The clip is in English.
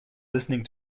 listening